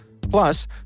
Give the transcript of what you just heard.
Plus